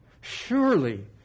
Surely